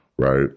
Right